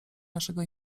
naszego